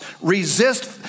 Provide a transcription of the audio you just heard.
Resist